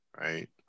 right